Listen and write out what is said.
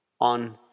on